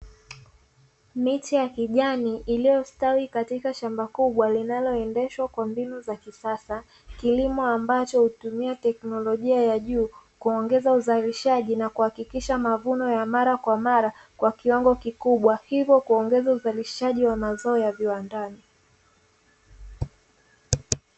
Miche ya kijani iliyostawi katika shamba kubwa, linaloendeshwa kwa mbinu za kisasa; kilimo ambacho hutumia teknolojia ya juu kuongeza uzalishaji na kuhakikisha mavuno ya mara kwa mara kwa kiwango kikubwa, hivyo kuongeza uzalishaji wa mazao ya viwandani.